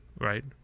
right